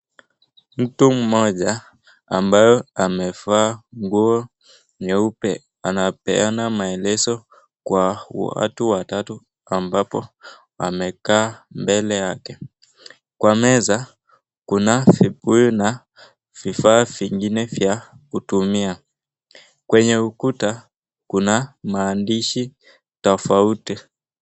Mtu mmoja ambayo amevaa nguo nyeupe anapeana maelezo kwa watu watatu ambapo wamekaa mbele yake. Kwa meza kuna vibuyu na vifaa vingine vya kutumia kwenye ukuta kuna maandishi tofauti.